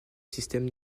système